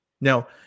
Now